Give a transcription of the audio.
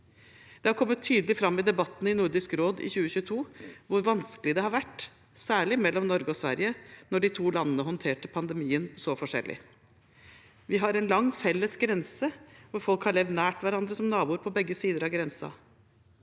Det har kommet tydelig fram i debattene i Nordisk råd i 2022 hvor vanskelig det har vært, særlig mellom Norge og Sverige, at de to landene håndterte pandemien så forskjellig. Vi har en lang felles grense, hvor folk har levd nær hverandre som naboer på begge sider av grensen.